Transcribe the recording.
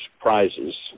prizes